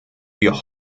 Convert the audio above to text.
wir